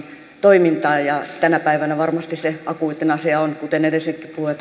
toimintaa tänä päivänä varmasti se akuutein asia on kuten edellisetkin puhujat